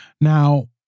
Now